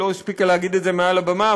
היא לא הספיקה להגיד את זה מעל הבמה,